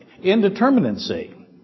indeterminacy